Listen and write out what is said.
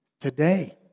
today